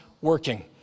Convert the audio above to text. working